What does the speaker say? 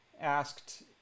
asked